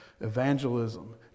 evangelism